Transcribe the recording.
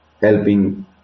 helping